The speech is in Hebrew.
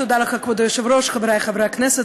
תודה לך, כבוד היושב-ראש, חברי חברי הכנסת,